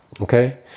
Okay